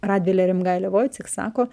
radvilė rimgailė voicik sako